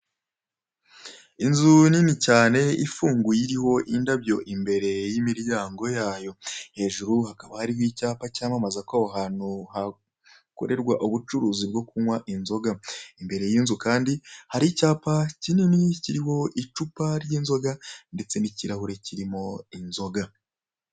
Inzu nini cyane ifunguye iriho indabyo imbere y'imiryango yayo, hejuru hakaba harimo icyapa cyamamaza ko aho hantu hakorerwa ubucuruzi bwo kunywa inzoga, imbere y'inzu kandi hari icyapa kinini kiriho icupa ry'inzoga ndetse n'ikirahure kirimo inzoga.